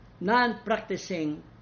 Non-practicing